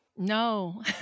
No